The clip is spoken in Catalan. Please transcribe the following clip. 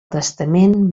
testament